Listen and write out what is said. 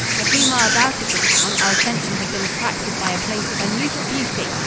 a few miles out of the town our attention had been attracted by a place of unusual beauty,